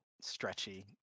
stretchy